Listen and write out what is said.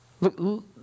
Look